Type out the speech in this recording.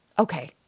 Okay